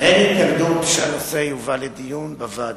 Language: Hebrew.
אין התנגדות שהנושא יובא לדיון בוועדה.